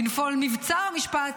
בנפול מבצר המשפט,